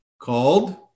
called